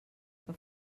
que